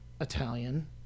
Italian